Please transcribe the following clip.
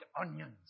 onions